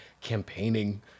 campaigning